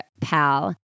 pal